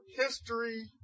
history